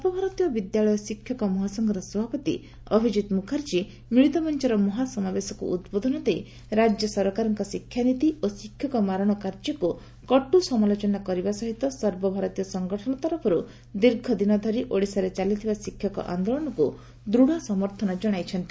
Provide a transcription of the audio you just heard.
ସର୍ବଭାରତୀୟ ବିଦ୍ୟାଳୟ ଶିକ୍ଷକ ମହାସଂଘର ସଭାପତି ଅଭିକିତ୍ ମୁଖାର୍କୀ ମିଳିତମଞ୍ଚର ମହାସମାବେଶକୁ ଉଦ୍ବୋଧନ ଦେଇ ରାଜ୍ୟ ସରକାରଙ୍କର ଶିକ୍ଷାନୀତି ଓ ଶିକ୍ଷକମାରଣ କାର୍ଯ୍ୟକୁ କଟୁ ସମାଲୋଚନା କରିବା ସହିତ ସର୍ବଭାରତୀୟ ସଂଗଠନ ତରଫରୁ ଦୀର୍ଘ ଦିନ ଧରି ଓଡ଼ିଶାରେ ଚାଲିଥିବା ଶିକ୍ଷକ ଆନ୍ଦୋଳନକୁ ଦୃଢ଼ ସମର୍ଥନ ଜଣାଇଛନ୍ତି